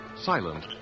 silent